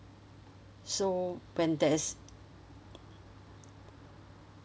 so when there's